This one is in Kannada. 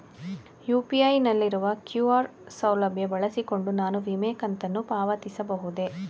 ಯು.ಪಿ.ಐ ನಲ್ಲಿರುವ ಕ್ಯೂ.ಆರ್ ಸೌಲಭ್ಯ ಬಳಸಿಕೊಂಡು ನಾನು ವಿಮೆ ಕಂತನ್ನು ಪಾವತಿಸಬಹುದೇ?